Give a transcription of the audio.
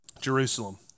Jerusalem